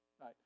Right